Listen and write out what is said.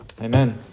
Amen